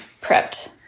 prepped